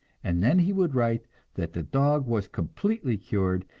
and then he would write that the dog was completely cured,